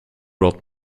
brought